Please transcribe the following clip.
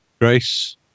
grace